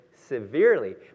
severely